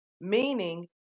meaning